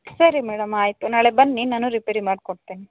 ಸರಿ ಮೇಡಮ್ ಆಯಿತು ನಾಳೆ ಬನ್ನಿ ನಾನು ರಿಪೇರಿ ಮಾಡ್ಕೊಡ್ತೀನಿ